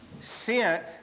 sent